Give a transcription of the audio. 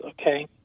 okay